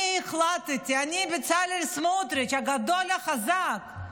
אני החלטתי, אני, בצלאל סמוטריץ' הגדול, החזק,